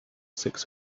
six